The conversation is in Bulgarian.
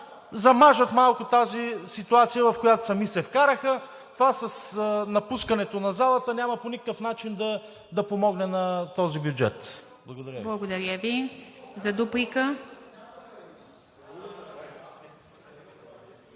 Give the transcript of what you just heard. замажат малко тази ситуация, в която сами се вкараха. Това с напускането на залата няма по никакъв начин да помогне на този бюджет. Благодаря Ви. ПРЕДСЕДАТЕЛ